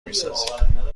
میسازیم